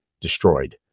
destroyed